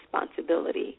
responsibility